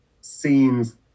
scenes